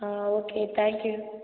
ah okay thank you